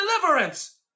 deliverance